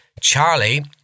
Charlie